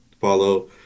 follow